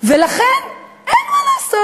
ולכן אין מה לעשות?